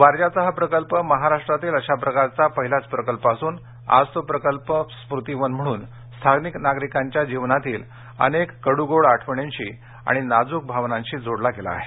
वारज्याचा हा प्रकल्प महाराष्ट्रातील अशा प्रकारचा पहिलाच प्रकल्प असून आज तो प्रकल्प स्मृती वन म्हणून स्थानिक नागरिकांच्या जीवनातील अनेक कड्र गोड आठवणींशी आणि नाजूक भावनांशी जोडला गेला आहे